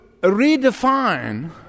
redefine